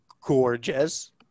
gorgeous